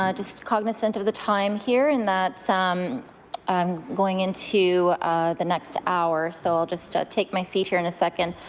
um just cognisant of the time here. and that i'm going into the next hour. so i'll just ah take my seat here in a second.